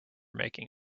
making